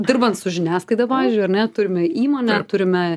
dirbant su žiniasklaida pavyzdžiui ar ne turime įmonę turime